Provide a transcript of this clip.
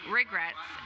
regrets